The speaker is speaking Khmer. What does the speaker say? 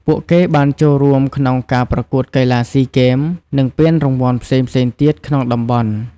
ពួកគេបានចូលរួមក្នុងការប្រកួតកីឡាស៊ីហ្គេម និងពានរង្វាន់ផ្សេងៗទៀតក្នុងតំបន់។